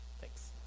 Thanks